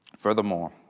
Furthermore